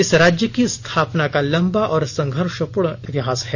इस राज्य की स्थापना का लंबा और संघर्षपूर्ण इतिहास है